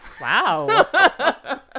Wow